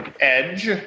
edge